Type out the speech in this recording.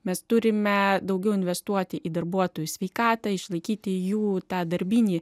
mes turime daugiau investuoti į darbuotojų sveikatą išlaikyti jų tą darbinį